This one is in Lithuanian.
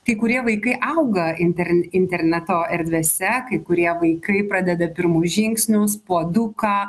kai kurie vaikai auga interne interneto erdvėse kai kurie vaikai pradeda pirmus žingsnius puoduką